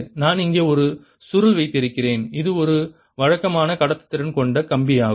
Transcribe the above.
நான் இங்கே ஒரு சுருள் வைத்திருக்கிறேன் இது ஒரு வழக்கமான கடத்துதிறன் கொண்ட கம்பி ஆகும்